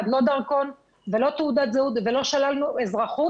לא דרכון ולא תעודת זהות ולא שללנו אזרחות,